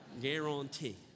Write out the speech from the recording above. Guarantee